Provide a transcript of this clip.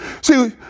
See